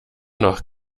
noch